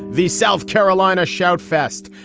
the south carolina shout fest.